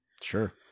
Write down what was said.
Sure